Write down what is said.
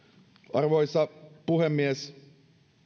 arvoisa puhemies